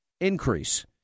increase